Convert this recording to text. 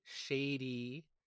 shady